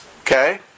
okay